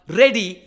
ready